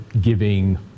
giving